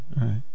right